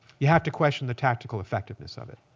you have to question the tactical effectiveness of it.